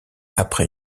après